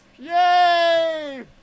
Yay